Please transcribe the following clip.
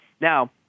Now